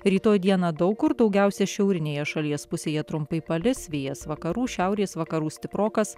rytoj dieną daug kur daugiausia šiaurinėje šalies pusėje trumpai palis vėjas vakarų šiaurės vakarų stiprokas